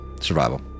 Survival